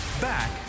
Back